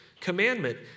commandment